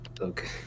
Okay